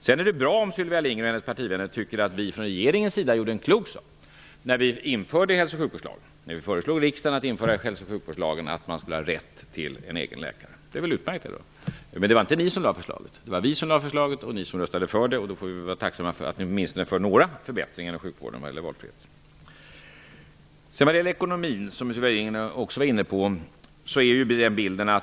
Sedan är det bra om Sylvia Lindgren och hennes partivänner tycker att vi från regeringens sida gjorde klokt när vi införde hälso och sjukvårdslagen. Vi föreslog riksdagen den lagen och att man enligt den skulle ha rätt till en egen läkare. Det är väl utmärkt. Men det var inte ni som lade fram förslaget. Det var vi som kom med förslaget och ni röstade för det. Vi får väl vara tacksamma för att ni åtminstone är för några förbättringar inom sjukvården vad gäller valfrihet. Sylvia Lindgren var också inne på ekonomin.